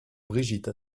brigitte